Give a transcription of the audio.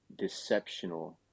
deceptional